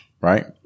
Right